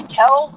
tell